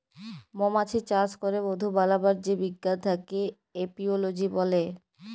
মমাছি চাস ক্যরে মধু বানাবার যে বিজ্ঞান থাক্যে এপিওলোজি ব্যলে